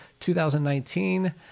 2019